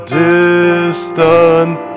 distant